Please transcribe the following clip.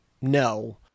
no